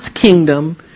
kingdom